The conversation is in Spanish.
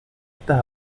estás